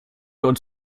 wir